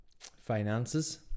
Finances